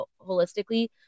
holistically